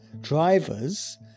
drivers